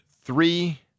three